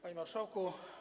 Panie Marszałku!